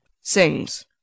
Sings